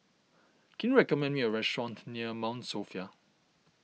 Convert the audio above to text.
can you recommend me a restaurant near Mount Sophia